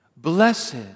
Blessed